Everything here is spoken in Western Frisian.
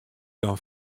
dan